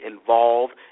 involved